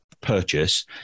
purchase